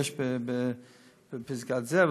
בפסגת-זאב,